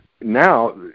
Now